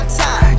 time